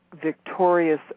victorious